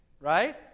right